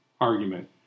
argument